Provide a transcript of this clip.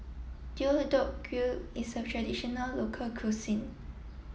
Deodeok Gui is a traditional local cuisine